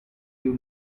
you